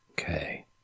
Okay